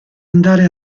andare